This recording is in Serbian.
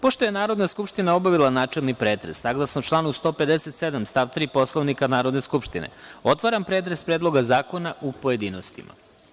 Pošto je Narodna skupština obavila načelni pretres, saglasno članu 157. stav 3. Poslovnika Narodne skupštine, otvaram pretres Predloga zakona u pojedinostima.